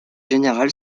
général